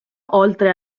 oltre